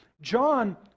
John